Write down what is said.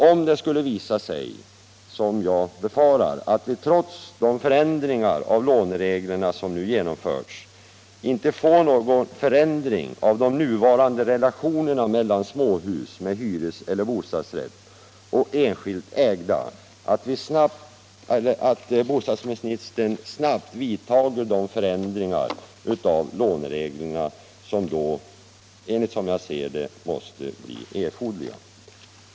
Om det, som jag befarar, skulle visa sig att vi — trots de förändringar av lånereglerna som nu genomförts — inte får någon ändring av de nuvarande relationerna mellan småhus med hyreseller bostadsrätt och enskilt ägda hus hoppas jag att bostadsministern snabbt vidtar de förändringar av lånereglerna som måste bli erforderliga, som jag ser det.